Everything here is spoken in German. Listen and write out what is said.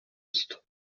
ist